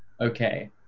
okay